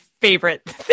favorite